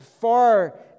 far